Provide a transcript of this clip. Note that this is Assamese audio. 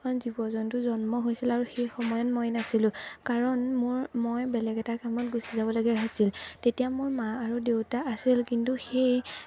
জীৱ জন্তু জন্ম হৈছিল আৰু সেই সময়ত মই নাছিলোঁ কাৰণ মোৰ মই বেলেগ এটা কামত গুচি যাবলগীয়া হৈছিল তেতিয়া মোৰ মা আৰু দেউতা আছিল কিন্তু সেই